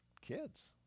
kids